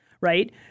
Right